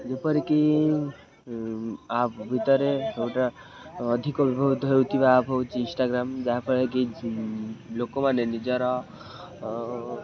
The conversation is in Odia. ଯେପରିକି ଆପ୍ ଭିତରେ ସବୁଠାରୁ ଅଧିକ ବ୍ୟବହୃତ ହେଉଥିବା ଆପ୍ ହେଉଛି ଇନଷ୍ଟାଗ୍ରାମ ଯାହାଫଳରେ କି ଲୋକମାନେ ନିଜର